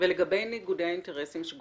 ומה לגבי ניגודי האינטרסים?